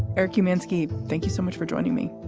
eric romanski, thank you so much for joining me.